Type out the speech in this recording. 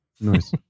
Nice